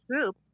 group